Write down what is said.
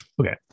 Okay